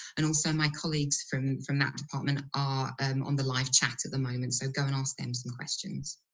and also my colleagues from from that department are um on the live chat at the moment so go and ask them some questions.